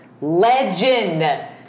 Legend